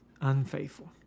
unfaithful